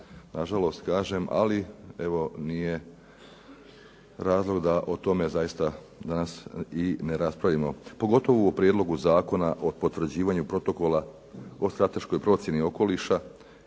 nažalost kažem, ali evo nije razlog da o tome zaista danas i ne raspravimo, pogotovo o Prijedlogu zakona o potvrđivanju Protokola o strateškoj procjeni okoliša